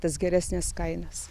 tas geresnes kainas